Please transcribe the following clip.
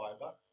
fiber